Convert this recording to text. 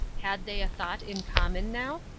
had they a thought in common now?